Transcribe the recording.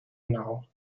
now